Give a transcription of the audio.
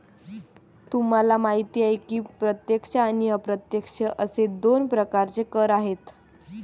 तुम्हाला माहिती आहे की प्रत्यक्ष आणि अप्रत्यक्ष असे दोन प्रकारचे कर आहेत